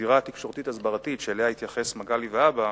הזירה התקשורתית-הסברתית, שאליה התייחס מגלי והבה,